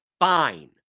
fine